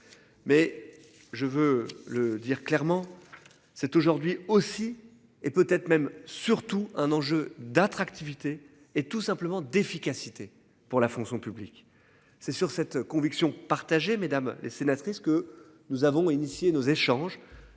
Mais je veux le dire clairement. C'est aujourd'hui aussi et peut-être même surtout un enjeu d'attractivité et tout simplement d'efficacité pour la fonction publique. C'est sur cette conviction partagée mesdames les sénatrices que nous avons initié nos échanges.